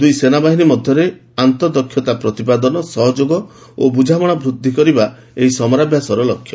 ଦୁଇ ସେନାବାହିନୀ ମଧ୍ୟରେ ଆନ୍ତଃ ଦକ୍ଷତା ପ୍ରତିପାଦନ ସହଯୋଗ ଓ ବୁଝାମଣା ବୃଦ୍ଧି କରିବା ଏହି ସମରାଭ୍ୟାସର ଲକ୍ଷ୍ୟ